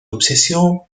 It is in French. obsession